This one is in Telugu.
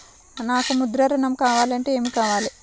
నాకు ముద్ర ఋణం కావాలంటే ఏమి కావాలి?